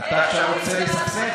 אתה עכשיו רוצה לסכסך?